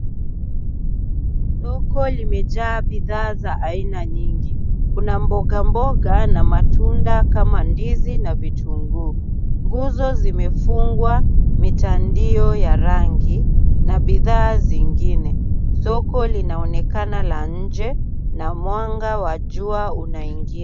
Soko limejaa bidhaa za aina nyingi kuna mboga mboga na matunda kama ndizi na vitunguu, nguzo zimefungwa mitandio ya rangi na bidhaa zingine, soko linaonekana la nje na mwanga wa jua unaingia.